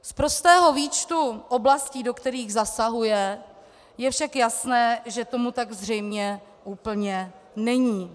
Z prostého výčtu oblastí, do kterých zasahuje, je však jasné, že tomu tak zřejmě úplně není.